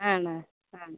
ആണ് ആ